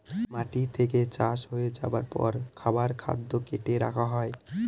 মাটি থেকে চাষ হয়ে যাবার পর খাবার খাদ্য কার্টে রাখা হয়